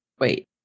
wait